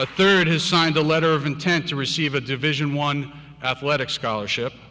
a third has signed a letter of intent to receive a division one athletic scholarship